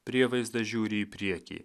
prievaizdas žiūri į priekį